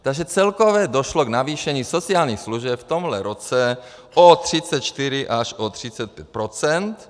Takže celkově došlo k navýšení sociálních služeb v tomhle roce o 34 až o 35 %.